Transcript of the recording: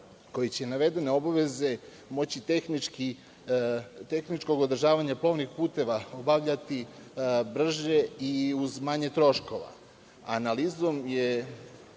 koji će navedene obaveze moći tehničkog održavanja plovnih puteva, obavljati brže i uz manje troškova. Analizom je